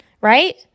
right